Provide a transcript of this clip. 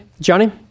Johnny